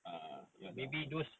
ah ya lah of course